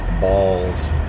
balls